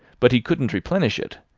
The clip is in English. but he couldn't replenish it,